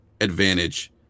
advantage